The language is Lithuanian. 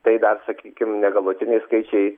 tai dar sakykim negalutinai skaičiai